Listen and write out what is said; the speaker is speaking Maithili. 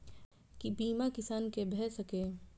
बीमा किसान कै भ सके ये?